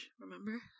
remember